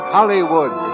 Hollywood